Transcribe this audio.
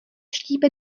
štípe